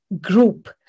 group